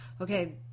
Okay